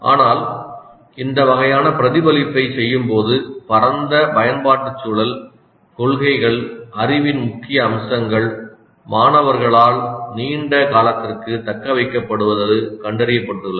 ஆனால் இந்த வகையான பிரதிபலிப்பைச் செய்யும்போது பரந்த பயன்பாட்டுச் சூழல் கொள்கைகள் அறிவின் முக்கிய அம்சங்கள் மாணவர்களால் நீண்ட காலத்திற்கு தக்கவைக்கப்படுவது கண்டறியப்பட்டுள்ளது